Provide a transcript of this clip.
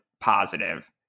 positive